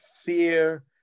fear